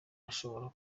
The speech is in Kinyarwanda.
ashobora